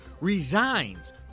resigns